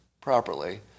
properly